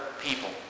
people